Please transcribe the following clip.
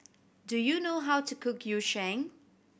do you know how to cook Yu Sheng